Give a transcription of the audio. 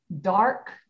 dark